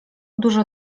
dużo